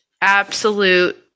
absolute